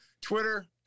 Twitter